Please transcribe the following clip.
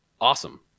awesome